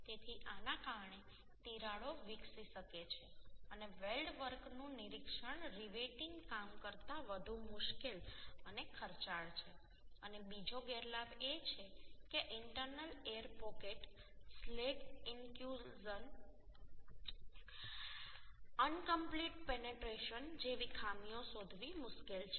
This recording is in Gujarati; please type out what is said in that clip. તેથી આના કારણે તિરાડો વિકસી શકે છે અને વેલ્ડ વર્કનું નિરીક્ષણ રિવેટિંગ કામ કરતાં વધુ મુશ્કેલ અને ખર્ચાળ છે અને બીજો ગેરલાભ એ છે કે internal air pocket slag inclusion incomplete penetration જેવી ખામીઓ શોધવી મુશ્કેલ છે